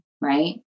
right